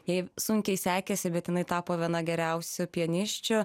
jai sunkiai sekėsi bet jinai tapo viena geriausių pianisčių